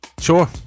Sure